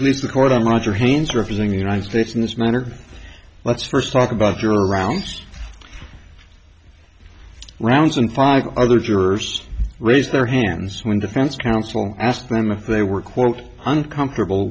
please the court i'm roger haynes refusing the united states in this matter let's first talk about your around rounds and fog other jurors raise their hands when defense counsel asked them if they were quote uncomfortable